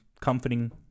comforting